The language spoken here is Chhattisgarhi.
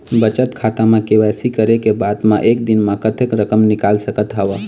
बचत खाता म के.वाई.सी करे के बाद म एक दिन म कतेक रकम निकाल सकत हव?